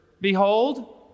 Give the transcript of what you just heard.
Behold